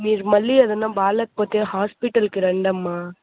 మీకు మళ్ళీ ఏదైనా బాగా లేకపోతే హాస్పిటల్కి రండమ్మా